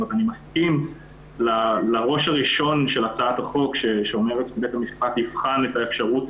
אני מסכים לראש הראשון של הצעת החוק שאומר שבית המשפט יבחן את האפשרות